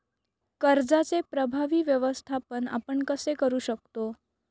कर्जाचे प्रभावी व्यवस्थापन आपण कसे करु शकतो?